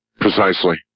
Precisely